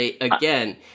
again